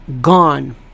gone